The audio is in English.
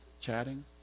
chatting